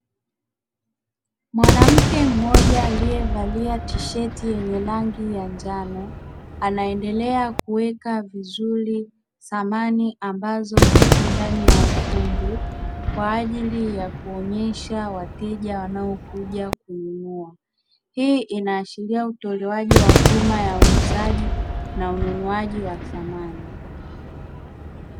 Mwanamke mmoja aliyevalia tisheti yenye rangi ya njano, anaendeea kuweka vizuri samani ambazo zipo ndani ya ukumbi kwa ajili ya kuonyesha wateja wanaokuja kununua. Hii inaashiria utolewaji wa huduma ya uuzaji na ununuaji wa samani.